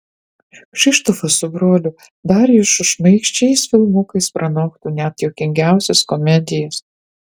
kšištofas su broliu darjušu šmaikščiais filmukais pranoktų net juokingiausias komedijas